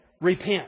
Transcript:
repent